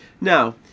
Now